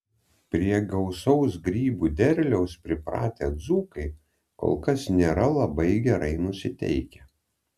prie gausaus grybų derliaus pripratę dzūkai kol kas nėra labai gerai nusiteikę